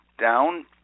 down